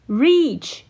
reach